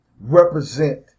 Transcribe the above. represent